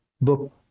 book